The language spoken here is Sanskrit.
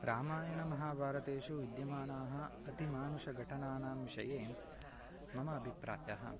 रामायण महाभारतेषु विद्यमानाः अतिमानुषघटनानां विषये मम अभिप्रायः